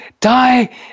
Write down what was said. die